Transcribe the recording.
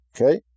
Okay